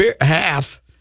half